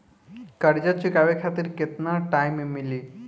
कर्जा चुकावे खातिर केतना टाइम मिली?